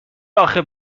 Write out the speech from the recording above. آخه